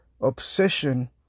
obsession